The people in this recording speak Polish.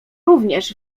również